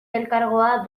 elkargoa